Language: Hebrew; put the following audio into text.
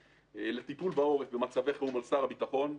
לטיפול בעורף במצבי חירום על שר הביטחון.